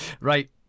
Right